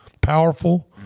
powerful